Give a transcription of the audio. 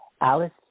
Alice